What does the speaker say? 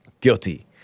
Guilty